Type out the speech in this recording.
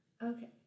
Okay